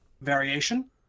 variation